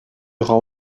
rend